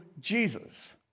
Jesus